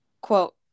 quote